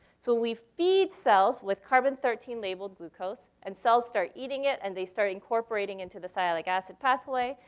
so we feed cells with carbon thirteen labeled glucose and cells start eating it and they start incorporating into the sialic acid pathway.